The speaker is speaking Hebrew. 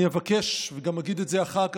אני אבקש, וגם אגיד את זה אחר כך,